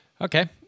Okay